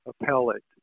appellate